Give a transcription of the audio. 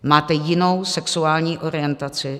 Máte jinou sexuální orientaci?